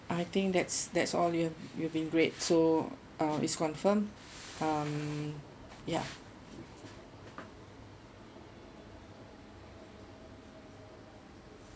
I think that's that's all you've you've been great so uh it's confirm um yeah